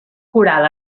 coral